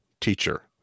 teacher